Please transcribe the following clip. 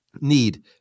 Need